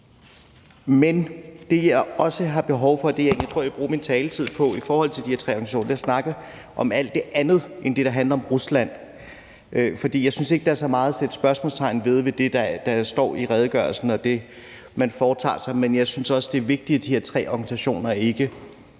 de her tre organisationer, og det, jeg egentlig tror jeg vil bruge min taletid på, er alt det andet end det, der handler om Rusland. For jeg synes ikke, at der er så meget at sætte spørgsmålstegn ved i forhold til det, der står i redegørelsen, og det, man foretager sig. Men jeg synes også, det er vigtigt, at de her tre organisationer ikke